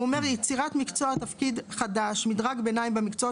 הוא אומר: יצירת מקצוע תפקיד חדש מדרג ביניים במקצועות